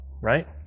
right